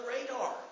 radar